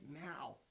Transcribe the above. now